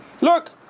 Look